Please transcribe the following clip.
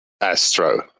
astro